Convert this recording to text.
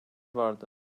vardı